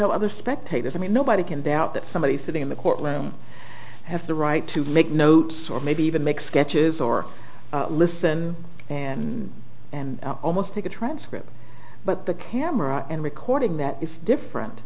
know other spectators i mean nobody can doubt that somebody sitting in the courtroom has the right to make notes or maybe even make sketches or listen and almost take a transcript but the camera and recording that is different